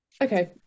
Okay